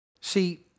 See